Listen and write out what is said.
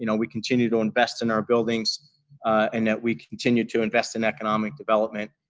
you know we continue to invest in our buildings and that we continue to invest in economic development,